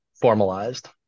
formalized